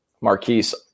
Marquise